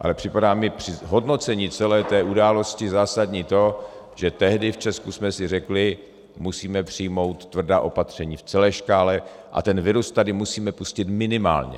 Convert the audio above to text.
Ale připadá mi při hodnocení celé té události zásadní to, že tehdy v Česku jsme si řekli: musíme přijmout tvrdá opatření v celé škále a ten virus tady musíme pustit minimálně.